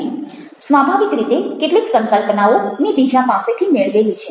સ્વાભાવિક રીતે કેટલીક સંકલ્પનાઓ મેં બીજા પાસેથી મેળવેલી છે